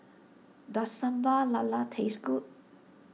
does Sambal Lala taste good